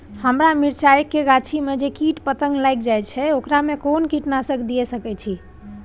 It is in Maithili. हमरा मिर्चाय के गाछी में जे कीट पतंग लैग जाय है ओकरा में कोन कीटनासक दिय सकै छी?